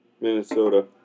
Minnesota